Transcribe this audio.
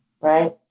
right